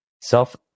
self